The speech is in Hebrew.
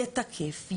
יתקף,